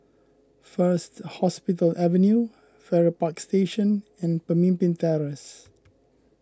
First Hospital Avenue Farrer Park Station and Pemimpin Terrace